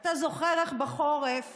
אתה זוכר איך בחורף